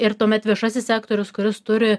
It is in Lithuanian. ir tuomet viešasis sektorius kuris turi